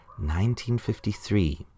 1953